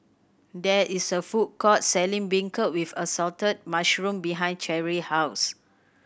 there is a food court selling beancurd with assorted mushroom behind Cherri house